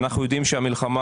ואנחנו יודעים שהמלחמה,